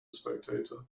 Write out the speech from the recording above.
spectator